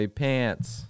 pants